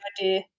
idea